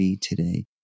today